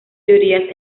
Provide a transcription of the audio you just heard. teorías